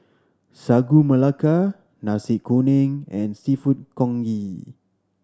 Sagu Melaka Nasi Kuning and Seafood Congee